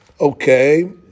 Okay